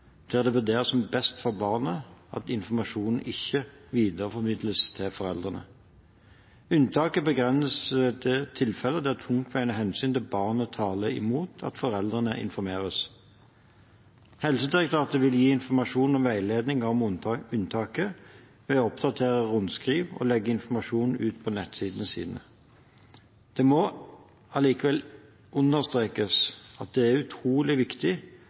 situasjon, der det vurderes som best for barnet at informasjonen ikke videreformidles til foreldrene. Unntaket begrenses til tilfeller der tungtveiende hensyn til barnet taler imot at foreldrene informeres. Helsedirektoratet vil gi informasjon og veiledning om unntaket ved å oppdatere rundskriv og legge informasjon ut på nettsidene sine. Det må allikevel understrekes at det er utrolig viktig